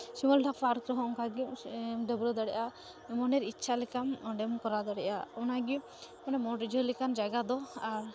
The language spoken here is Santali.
ᱥᱤᱢᱚᱞᱫᱟ ᱯᱟᱨᱠ ᱨᱮᱦᱚᱸ ᱚᱱᱠᱟᱜᱮ ᱰᱟᱹᱵᱽᱨᱟᱹ ᱫᱟᱲᱮᱭᱟᱜᱼᱟ ᱢᱚᱱᱮᱨ ᱤᱪᱪᱷᱟ ᱞᱮᱠᱟ ᱚᱸᱰᱮᱢ ᱠᱚᱨᱟᱣ ᱫᱟᱲᱮᱜᱼᱟ ᱚᱱᱟᱜᱮ ᱢᱚᱱ ᱨᱤᱡᱷᱟᱹᱣ ᱞᱮᱠᱟᱱ ᱡᱟᱭᱜᱟ ᱫᱚ ᱟᱨ